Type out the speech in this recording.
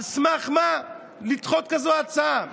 על סמך מה לדחות הצעה כזו?